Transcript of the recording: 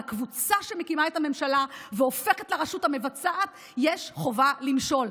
לקבוצה שמקימה את הממשלה והופכת לרשות המבצעת יש חובה למשול.